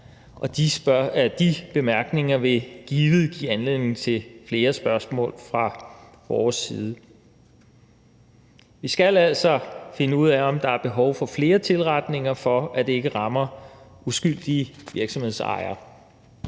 De bemærkninger vil givet give anledning til flere spørgsmål fra vores side. Vi skal altså finde ud af, om der er behov for flere tilretninger, for at det ikke rammer uskyldige virksomhedsejere.